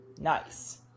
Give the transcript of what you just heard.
Nice